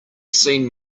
seen